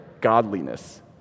godliness